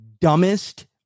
dumbest